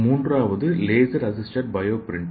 மூன்றாவது laser assisted bio printer